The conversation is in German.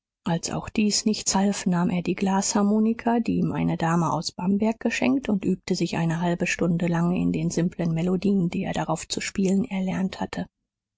als auch dies nichts half nahm er die glasharmonika die ihm eine dame aus bamberg geschenkt und übte sich eine halbe stunde lang in den simpeln melodien die er darauf zu spielen erlernt hatte